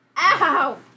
Ow